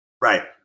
Right